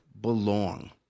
belong